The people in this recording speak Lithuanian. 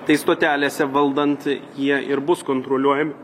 tai stotelėse valdant jie ir bus kontroliuojami